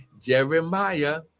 Jeremiah